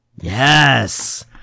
Yes